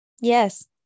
yes